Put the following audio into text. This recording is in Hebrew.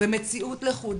ומציאות לחוד.